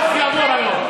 החוק יעבור היום.